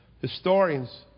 historians